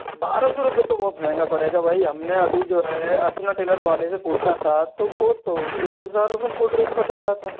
बारह सौ रुपए तो बहुत महंगा पड़ेगा भाई हमने अभी जो है अर्चना ट्रेलर वाले से पूछा था तो वो तो एक हजार रूपए में पोटरेज बता रहा था